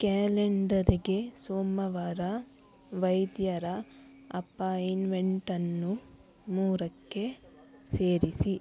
ಕ್ಯಾಲೆಂಡರ್ಗೆ ಸೋಮವಾರ ವೈದ್ಯರ ಅಪಾಯಿಂಟ್ಮೆಂಟನ್ನು ಮೂರಕ್ಕೆ ಸೇರಿಸಿ